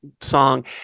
song